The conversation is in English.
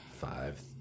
five